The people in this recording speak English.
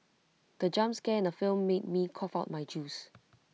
the jump scare in the film made me cough out my juice